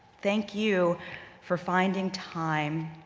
thank you for finding time,